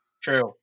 True